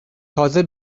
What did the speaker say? تازه